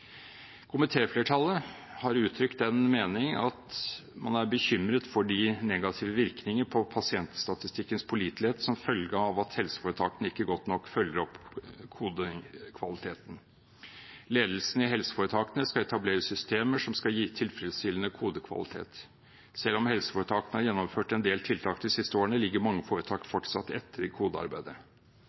har uttrykt den mening at man er bekymret for de negative virkningene på pasientstatistikkens pålitelighet som følge av at helseforetakene ikke godt nok følger opp kodekvaliteten. Ledelsen i helseforetakene skal etablere systemer som skal gi tilfredsstillende kodekvalitet. Selv om helseforetakene har gjennomført en del tiltak de siste årene, ligger mange foretak fortsatt etter i kodearbeidet.